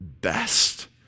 best